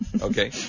Okay